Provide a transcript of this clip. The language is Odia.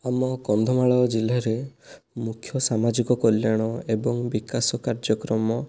ଆମ କନ୍ଧମାଳ ଜିଲ୍ଲାରେ ମୁଖ୍ୟ ସାମାଜିକ କଲ୍ୟାଣ ଏବଂ ବିକାଶ କାର୍ଯ୍ୟକ୍ରମ